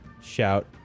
shout